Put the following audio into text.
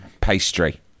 pastry